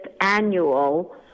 annual